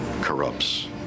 corrupts